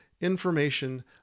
information